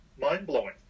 mind-blowing